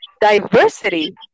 diversity